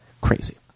Crazy